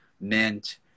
Mint